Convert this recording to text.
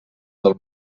del